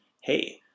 hey